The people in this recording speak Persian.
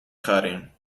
خریم